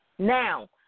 Now